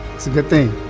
it's a good thing.